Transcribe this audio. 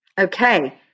Okay